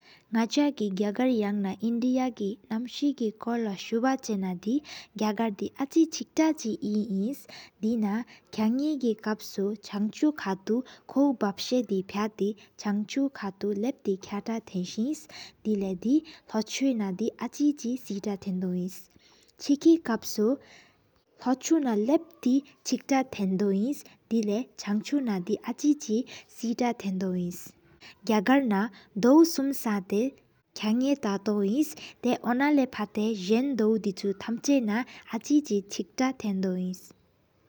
ནག་ཆ་གི་མད་གར་ཡང་ན་རྒྱ་གར་གྱི། ནམས་ཞེ་གྱི་སྐོར་ལོ་ཨཽ་བ་ཆེ་ན་དི། མད་གར་དི་ཨ་ཅི་ཅིག་ཏ་ཅི་ཡཱེ་ཨིནས། དེ་ནང་ཁྭང་ནས་གི་ཀབ་སུ། ཆང་ཆུ་ཁ་ཏུ་ཁོ་བུ་བབ་ས་ དི ཕྱས་དེ། ཆང་ཆུ་ཁ་ཏུ་ལབ་ཏེ་ཁ་ཏ་དེན་སེ། དེ་གླེད་ལོ་ཆུ་ནང་ཨ་ཅིག་ཅི་སེ་ཏ་ཐིན་དོ་ཨིན། ཆེ་ཀཻ་ཀབ་སུ་ལུག་འདུ་ན་ལབ་ཅིག་ཅི་འཐེན་དོ་ཨིན། དེ་གང་ལེགས་ལོ་ཆུ་ནང་ཨ་ཅིག་ཅི་སེ་ཏ་ཐིན་དོ་ཨིན། མད་གར་ནང་ན་དབུ་སུད་སེང་ཉི་ཤུ་མ། ཁང་ནས་རྟོག་རང་ཨིན་ལ་བ་ད་ཛེན་དབུ། དུ་ཞོ་ན་ཨ་ཅིག་ཅི་ཅིག་དོ་ཨིན།